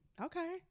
okay